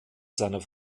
seiner